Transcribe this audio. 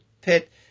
pit